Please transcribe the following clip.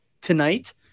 tonight